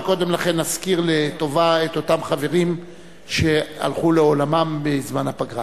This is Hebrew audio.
אבל קודם לכן נזכיר לטובה את אותם חברים שהלכו לעולמם בזמן הפגרה.